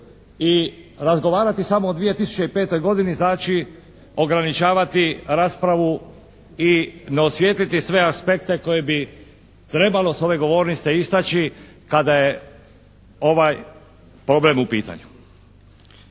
I razgovarati samo o 2005. godini znači ograničavati raspravu i ne osvijetliti sve aspekte koje bi trebalo s ove govornice istači kada je ovaj problem u pitanju.